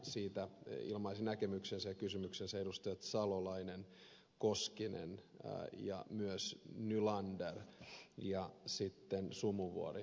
siitä ilmaisivat näkemyksensä ja kysymyksensä edustajat salolainen koskinen ja myös nylander ja sitten sumuvuori